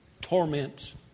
Torments